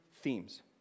themes